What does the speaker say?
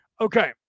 Okay